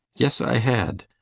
yes, i had.